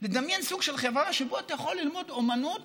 לדמיין סוג של חברה שבו אתה יכול ללמוד אומנות